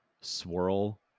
swirl